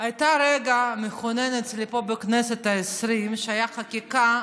היה רגע מכונן אצלי פה בכנסת העשרים שבו הייתה חקיקה,